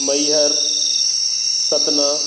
Maihar Satna